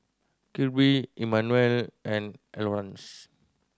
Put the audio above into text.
Kirby Immanuel and Eleonore